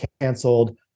canceled